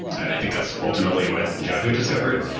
and i think that's ultimately what yahoo discovered.